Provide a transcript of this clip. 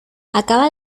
acaba